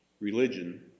Religion